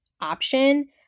option